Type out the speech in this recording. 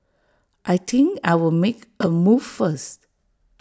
I think I'll make A move first